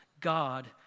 God